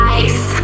ice